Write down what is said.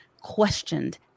questioned